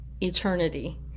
eternity